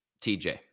TJ